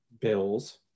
Bills